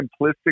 simplistic